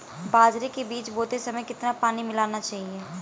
बाजरे के बीज बोते समय कितना पानी मिलाना चाहिए?